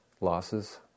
losses